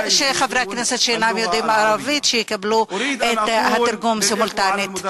ושחברי הכנסת שאינם יודעים ערבית יקבלו את התרגום הסימולטני.